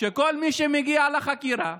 שכל מי שמגיע לחקירה,